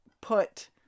put